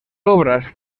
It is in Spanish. obras